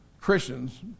Christians